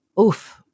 Oof